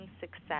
success